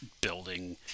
building